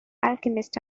alchemist